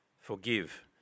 Forgive